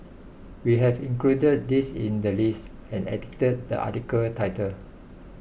we have included this in the list and edited the article title